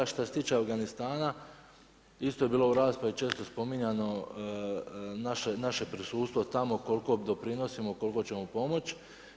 Što se tiče Afganistana, isto je bilo u raspravi često spominjano naše prisustvo tamo koliko pridonosimo, koliko ćemo pomoći.